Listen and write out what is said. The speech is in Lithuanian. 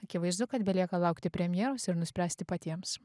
akivaizdu kad belieka laukti premjeros ir nuspręsti patiems